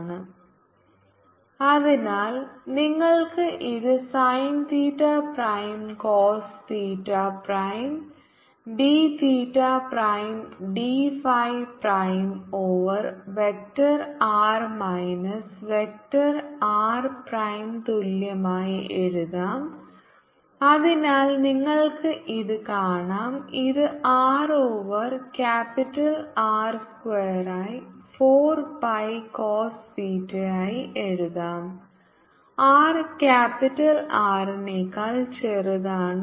R24π0 cosr Rsindd r30 cosθ for r≤R R330 cosθr2 for r≥Rcosr Rsindd 4πr3R2cosθ for r≤R 4πR3r2cosθ for r≥R r Rr2R2 2rRcoscosθsinsinθcosϕ ϕ cossinddR2r2 2rRcoscosθsinsinθcosϕ ϕ അതിനാൽ നിങ്ങൾക്ക് ഇത് sine theta prime cos theta prime d theta prime d phi prime over vector R minus vector R prime തുല്യമായി എഴുതാം അതിനാൽ നിങ്ങൾക്ക് ഇത് കാണാം ഇത് r ഓവർ ക്യാപിറ്റൽ ആർ സ്ക്വയറായി 4 പൈ കോസ് തീറ്റയായി എഴുതാംr ക്യാപിറ്റൽ R നേക്കാൾ ചെറുതാണ്